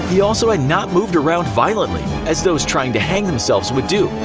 he also had not moved around violently as those trying to hang themselves would do.